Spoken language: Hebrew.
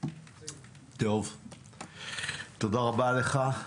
תודה רבה לך.